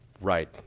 Right